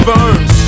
Burns